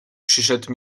przyszedł